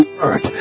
Word